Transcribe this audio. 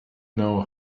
know